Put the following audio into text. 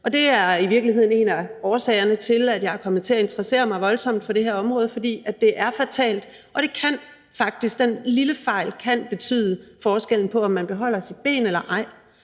Og det er i virkeligheden en af årsagerne til, at jeg er kommet til at interessere mig voldsomt for det her område, hvor fejl kan være fatalt, og hvor den lille fejl faktisk kan betyde forskellen på, at man beholder sit ben eller ej.